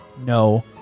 no